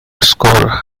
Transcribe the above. score